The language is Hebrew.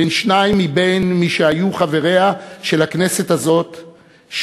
בין שניים מבין מי שהיו חבריה של הכנסת הזאת,